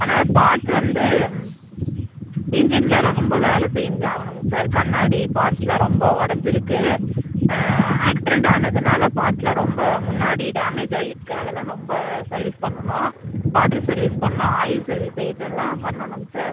ஆனால் பார்ட்ஸ் வந்து என்ஜின்லாம் ரொம்ப வேலை செஞ்சாகணுங்க சார் கண்ணாடி பார்ட்ஸ்லாம் ரொம்ப உடஞ்சிருக்கு ஆக்சிடென்ட் ஆனதினால பார்ட்ஸ்லாம் ரொம்ப முன்னாடி டேமேஜ் ஆகியிருக்கு அதெலாம் ரொம்ப சர்வீஸ் பண்ணனும் வாட்டர் சர்வீஸ் பண்ணணும் ஆயில் சர்வீஸ் இதெல்லாம் பண்ணனுங்க சார்